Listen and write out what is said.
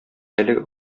әлеге